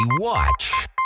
Watch